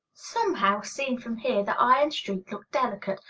somehow, seen from here, the iron street delicate,